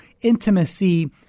intimacy